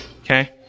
Okay